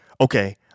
okay